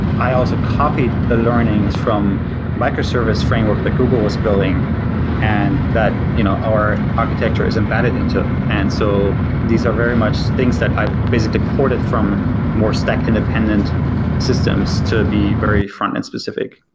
i also copied the learnings from micro equal service framework that google was building and that you know our architecture is embedded into. and so these are very much things that i basically ported from more stack independent systems to be very frontend specific.